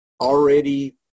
already